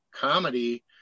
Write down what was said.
comedy